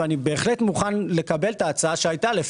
ואני בהחלט מוכן לקבל את ההצעה שהייתה ---,